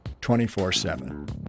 24-7